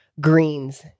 greens